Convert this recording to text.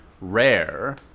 rare